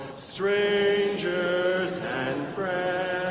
strangers and friends